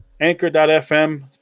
Anchor.fm